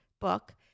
book